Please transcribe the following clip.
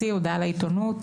הוציא הודעה לעיתונות